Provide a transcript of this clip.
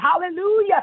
Hallelujah